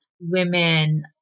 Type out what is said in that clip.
women